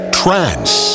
trance